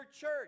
church